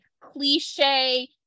cliche